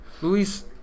Luis